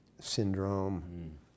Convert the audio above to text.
syndrome